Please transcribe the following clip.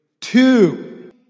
Two